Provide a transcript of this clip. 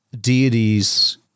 deities